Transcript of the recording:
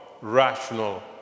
rational